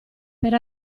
per